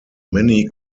many